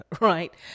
right